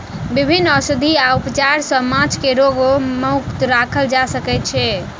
विभिन्न औषधि आ उपचार सॅ माँछ के रोग मुक्त राखल जा सकै छै